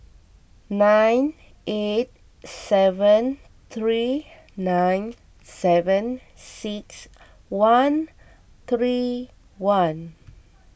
nine eight seven three nine seven six one three one